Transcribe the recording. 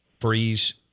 freeze